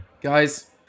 guys